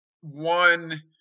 one